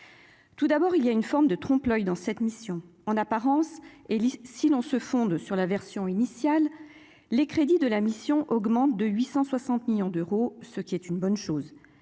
tout d'abord, il y a une forme de trompe l'oeil dans cette mission, en apparence, et si l'on se fonde sur la version initiale, les crédits de la mission augmente de 860 millions d'euros, ce qui est une bonne chose,